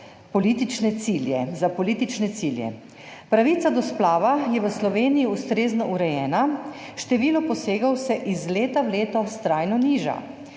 za politične cilje. Pravica do splava je v Sloveniji ustrezno urejena, število posegov se iz leta v leto vztrajno niža.